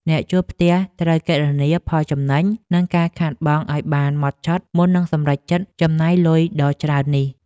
អ្នកជួលផ្ទះត្រូវគណនាផលចំណេញនិងការខាតបង់ឱ្យបានហ្មត់ចត់មុននឹងសម្រេចចិត្តចំណាយលុយដ៏ច្រើននេះ។